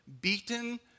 beaten